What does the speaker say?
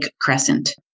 Crescent